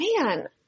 man